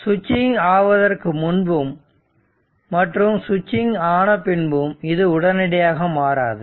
சுவிட்சிங் ஆவதற்கு முன்பும் மற்றும் சுவிட்சிங் ஆனபின்பும் இது உடனடியாக மாறாது